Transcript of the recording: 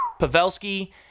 Pavelski